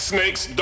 Snakes